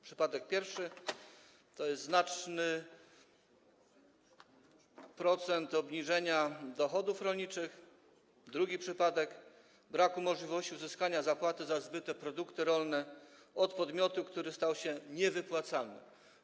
Przypadek pierwszy to znaczny procent obniżenia dochodów rolniczych, drugi przypadek - brak możliwości uzyskania zapłaty za zbyte produkty rolne od podmiotu, który stał się niewypłacalny.